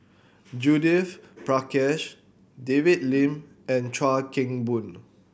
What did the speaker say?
Judith Prakash David Lim and Chuan Keng Boon